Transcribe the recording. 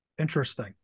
Interesting